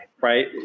right